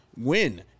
win